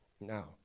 Now